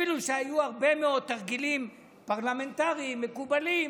אפילו שהיו הרבה מאוד תרגילים פרלמנטריים מקובלים.